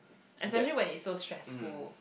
especially when it's so stressful